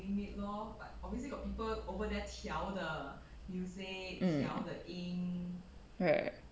um right